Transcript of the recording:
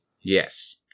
Yes